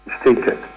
stated